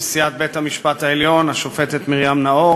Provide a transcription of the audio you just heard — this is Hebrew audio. נשיאת בית-המשפט העליון השופטת מרים נאור